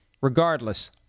Regardless